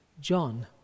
John